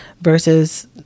versus